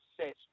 set